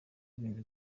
bintu